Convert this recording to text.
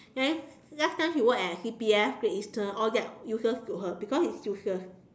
then last time she work at C_P_F great Eastern all that useless to her because it's useless